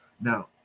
Now